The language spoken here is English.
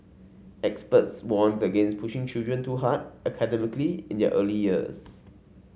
experts warned against pushing children too hard academically in their early years